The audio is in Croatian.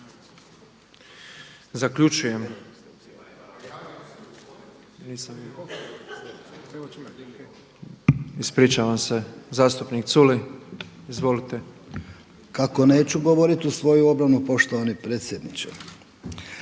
Zaključujem. Ispričavam se, zastupnik Culej. Izvolite. **Culej, Stevo (HDZ)** Kako neću govoriti u svoju obranu poštovani predsjedniče?